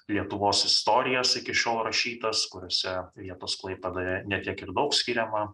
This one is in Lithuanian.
lietuvos istorijas iki šiol rašytas kuriose vietos klaipėdoje ne tiek ir daug skiriama